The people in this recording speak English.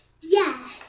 Yes